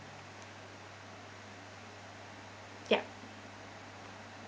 ya